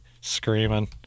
screaming